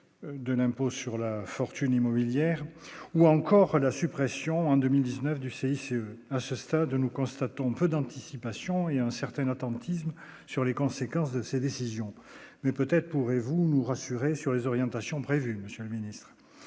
de l'impôt sur la fortune immobilière ou encore la suppression en 2019 du CIC à ce stade, nous constatons peu d'anticipation et un certain attentisme sur les conséquences de ses décisions, mais peut-être pourriez-vous nous rassurer sur les orientations prévues Monsieur le Ministre,